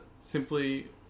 simply